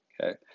Okay